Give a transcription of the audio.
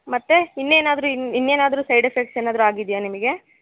ಮತ್ತೆ ಇನ್ನೇನಾದರೂ ಇನ್ ಇನ್ನೇನಾದರೂ ಸೈಡ್ ಎಫೆಕ್ಟ್ಸ್ ಏನಾದರೂ ಆಗಿದೆಯಾ ನಿಮಗೆ